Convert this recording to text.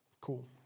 Cool